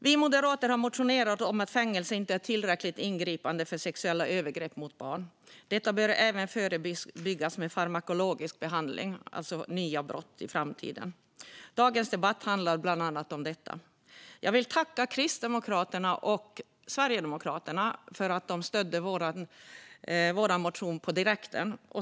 Vi moderater har motionerat om att fängelse inte är tillräckligt ingripande för sexuella övergrepp mot barn. Man bör även förebygga nya brott i framtiden med farmakologisk behandling. Dagens debatt handlar bland annat om detta. Jag vill tacka Kristdemokraterna och Sverigedemokraterna för att de stödde vår motion direkt.